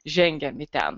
žengiam į ten